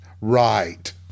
Right